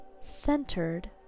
centered